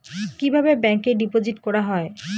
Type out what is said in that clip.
কিভাবে ব্যাংকে ডিপোজিট করা হয়?